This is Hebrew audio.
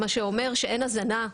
מה שאומר שאין הזנה,